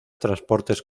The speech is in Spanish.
transportes